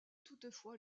toutefois